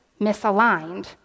misaligned